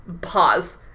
Pause